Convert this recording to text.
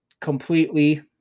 completely